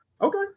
Okay